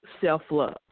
self-love